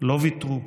לא ויתרו.